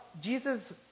Jesus